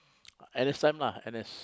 N_S time lah N_S